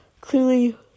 clearly